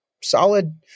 solid